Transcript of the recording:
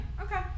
Okay